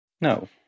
No